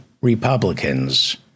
Republicans